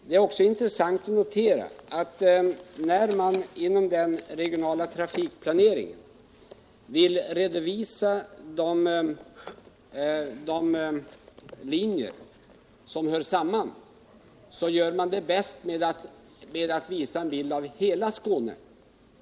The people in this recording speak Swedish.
Det är också intressant att notera att när man inom den regionala trafikplaneringen vill redovisa de linjer som hör samman gör man det bäst genom att visa en bild av hela Skåne.